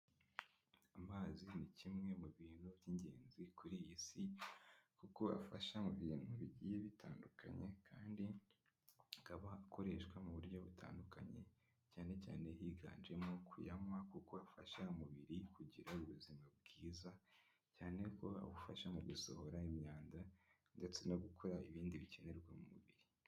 Amazi ni kimwe mu bintu by'ingenzi kuri iyi si kuko afasha mu bintu bigiye bitandukanye kandi akaba akoreshwa mu buryo butandukanye cyane cyane higanjemo kuyanywa kuko afasha umubiri kugira ubuzima bwiza cyane kuba ubufasha mu gusohora imyanda ndetse no gukora ibindi bikenerwa mu mubiri.